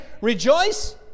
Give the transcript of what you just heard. rejoice